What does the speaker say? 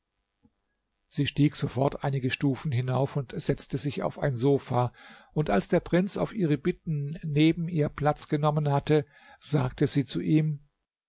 sie stieg sofort einige stufen hinauf und setzte sich auf ein sofa und als der prinz auf ihre bitten neben ihr platz genommen hatte sagte sie zu ihm